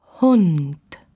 Hund